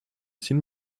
seen